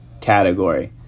category